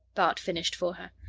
bart finished for her.